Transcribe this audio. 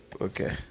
Okay